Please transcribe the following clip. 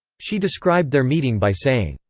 she described their meeting by saying,